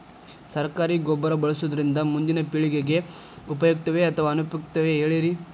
ಸರಕಾರಿ ಗೊಬ್ಬರ ಬಳಸುವುದರಿಂದ ಮುಂದಿನ ಪೇಳಿಗೆಗೆ ಉಪಯುಕ್ತವೇ ಅಥವಾ ಅನುಪಯುಕ್ತವೇ ಹೇಳಿರಿ